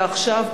ועכשיו,